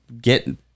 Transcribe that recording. get